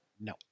no